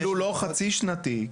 אפילו לא חצי שנתי.